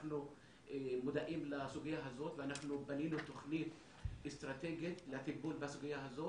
מודעים לסוגיה הזאת ואנחנו בנינו תוכנית אסטרטגית לטיפול בסוגיה הזאת.